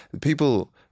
People